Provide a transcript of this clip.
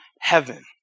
heaven